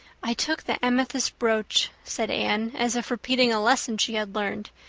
i took the amethyst brooch, said anne, as if repeating a lesson she had learned.